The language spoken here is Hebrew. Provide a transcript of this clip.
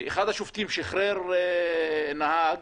אחד השופטים שיחרר נהג